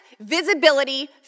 visibility